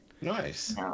Nice